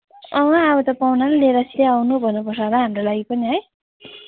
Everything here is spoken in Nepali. अँ हौ अब त पाहुनाले लिएर चाहिँ आउनु भन्नुपर्छ होला हाम्रो लागि पनि है